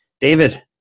David